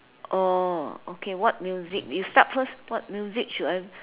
oh okay what music you start first what music should I